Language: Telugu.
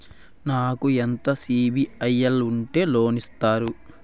నాకు ఎంత సిబిఐఎల్ ఉంటే లోన్ ఇస్తారు?